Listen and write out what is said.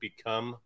Become